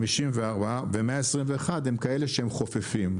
ו-121 הם כאלה שהם חופפים,